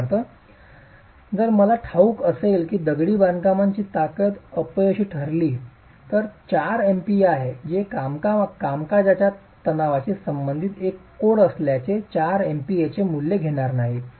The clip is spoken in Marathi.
उदाहरणार्थ जर मला हे ठाऊक असेल की दगडी बांधकामाची ताकद अपयशी ठरली तर 4 MPa आहे हे कामकाजाच्या तणावाशी संबंधित एक कोड असल्याचे 4 MPa चे मूल्य घेणार नाही